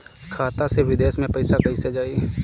खाता से विदेश मे पैसा कईसे जाई?